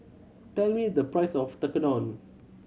tell me the price of Tekkadon